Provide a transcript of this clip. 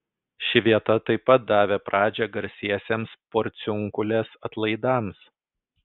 ši vieta tai pat davė pradžią garsiesiems porciunkulės atlaidams